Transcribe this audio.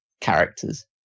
characters